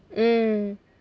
mm